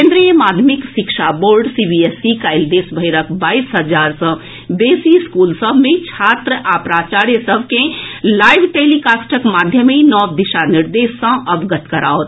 केन्द्रीय माध्यमिक शिक्षा बोर्ड सीबीएसई काल्हि देशभरिक बाईस हजार सँ बेसी स्कूल सभ मे छात्र आ प्राचार्य सभ के लाइव टेलीकास्टक माध्यमे नव दिशा निर्देश सँ अवगत करओत